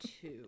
two